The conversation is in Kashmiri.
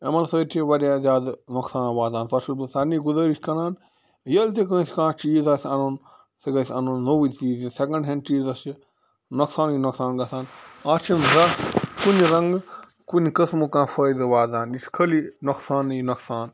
یِمن سۭتۍ چھُ واریاہ زیادٕ نۄقصان واتان تۄہہِ چھُس بہٕ سارنٕے گُزٲرِش کران ییٚلہِ تہِ کٲنٛسہِ کانٛہہ چیٖز آسہِ اَنُن سُہ گژھہِ اَنُن نوٚوُے چیٖز یہِ سیٚکنٛڈ ہینٛڈ چیٖزَس چھِ نۄقصانٕے نۄقصان گژھان اَتھ چھُنہٕ زانٛہہ کُنہِ رنٛٛگہٕ کُنہِ قٕسمُک کانٛہہ فٲیدٕ واتان یہِ چھُ خٲلی نۄقصانٕے نۄقصان